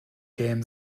gêm